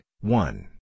one